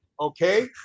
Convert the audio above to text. Okay